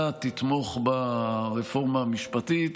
אתה תתמוך ברפורמה המשפטית,